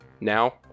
now